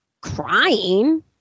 crying